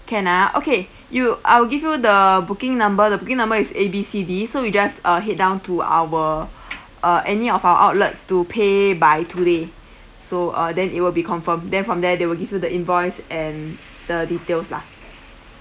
can ah okay you I will give you the booking number the booking number is A B C D so you just uh head down to our uh any of our outlets to pay by today so uh then it will be confirmed then from there they will give you the invoice and the details lah